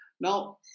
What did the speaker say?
Now